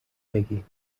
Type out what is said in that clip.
بگیم